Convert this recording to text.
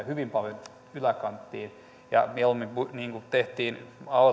hyvin paljon yläkanttiin mieluummin tehtiin